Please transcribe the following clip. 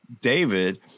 David